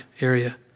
area